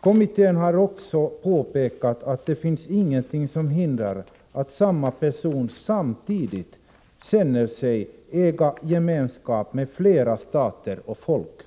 Kommittén har också påpekat att det inte finns någonting som hindrar att en person samtidigt känner sig äga gemenskap med flera stater och folk.